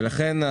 לכן,